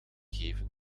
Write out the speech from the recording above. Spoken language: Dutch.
geven